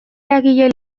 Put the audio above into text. eragile